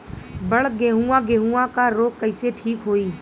बड गेहूँवा गेहूँवा क रोग कईसे ठीक होई?